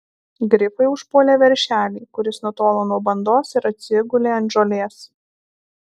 grifai užpuolė veršelį kuris nutolo nuo bandos ir atsigulė ant žolės